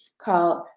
called